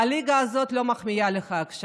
והליגה הזאת לא מחמיאה לך עכשיו.